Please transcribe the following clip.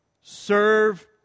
serve